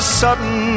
sudden